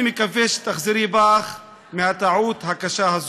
אני מקווה שתחזרי בך מהטעות הקשה הזאת.